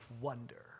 wonder